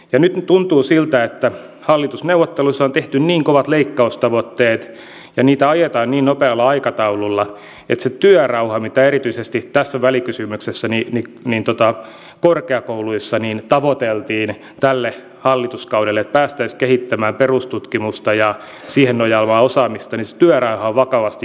nyt tuntuu siltä että hallitusneuvotteluissa on tehty niin kovat leikkaustavoitteet ja niitä ajetaan niin nopealla aikataululla että se työrauha mitä erityisesti tässä välikysymyksessä tavoiteltiin korkeakouluissa tälle hallituskaudelle että päästäisiin kehittämään perustutkimusta ja siihen nojaavaa osaamista on vakavasti järkkynyt